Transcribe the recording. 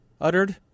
uttered